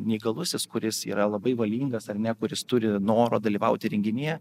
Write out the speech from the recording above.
neįgalusis kuris yra labai valingas ar ne kuris turi noro dalyvauti renginyje